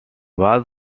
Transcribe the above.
was